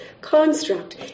construct